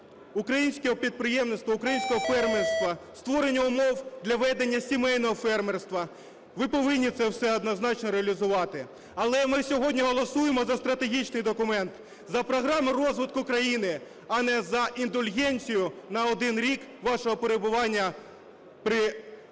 українського підприємництва, українського фермерства, створення умов для ведення сімейного фермерства. Ви повинні це все однозначно реалізувати. Але ми сьогодні голосуємо за стратегічний документ, за програму розвитку країни, а не за індульгенцію на один рік вашого перебування при